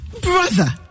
brother